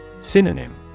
Synonym